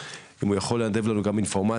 ואם הוא יכול לנדב לנו גם אינפורמציה,